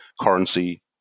currency